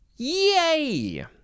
Yay